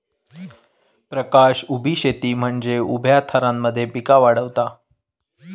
प्रकाश उभी शेती म्हनजे उभ्या थरांमध्ये पिका वाढवता